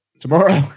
Tomorrow